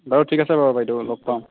বাৰু ঠিক আছে বাৰু বাইদেউ লগ পাম